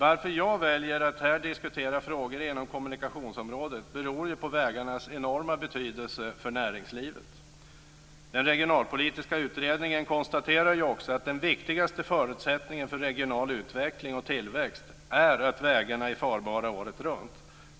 Att jag väljer att här diskutera frågor inom kommunikationsområdet beror på vägarnas enorma betydelse för näringslivet. Den regionalpolitiska utredningen konstaterar också att den viktigaste förutsättningen för regional utveckling och tillväxt är att vägarna är farbara året runt.